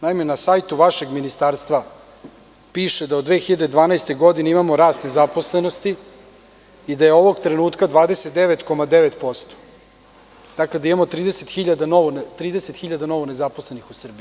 Naime, na sajtu vašeg ministarstva piše da od 2012. godine imamo rast nezaposlenosti i da je ovog trenutka 29,9%, dakle, da imamo 30.000 novonezaposlenih u Srbiji.